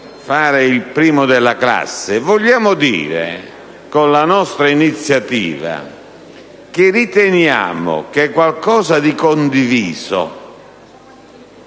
il primo della classe